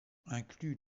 inclut